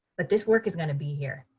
but this work is going to be here.